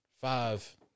five